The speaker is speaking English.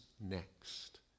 next